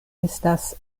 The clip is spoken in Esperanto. estas